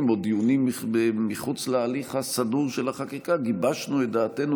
או דיונים מחוץ להליך הסדור של החקיקה גיבשנו את דעתנו,